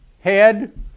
head